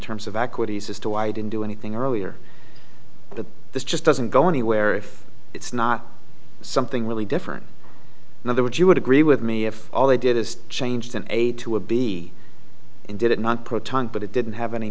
terms of equities as to why i didn't do anything earlier but this just doesn't go anywhere if it's not something really different in other words you would agree with me if all they did is change that a to a b and did it not proton but it didn't have any